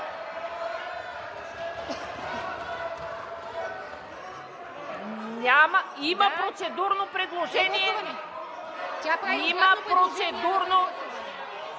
Има процедурно предложение